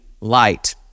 light